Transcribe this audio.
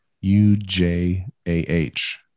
U-J-A-H